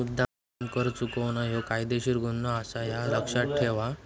मुद्द्दाम कर चुकवणा ह्यो कायदेशीर गुन्हो आसा, ह्या लक्ष्यात ठेव हां